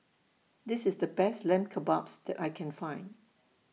This IS The Best Lamb Kebabs that I Can Find